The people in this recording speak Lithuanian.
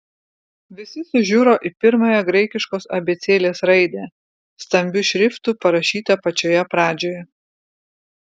visi sužiuro į pirmąją graikiškos abėcėlės raidę stambiu šriftu parašytą pačioje pradžioje